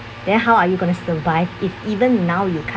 then how are you going to survive if even now you can't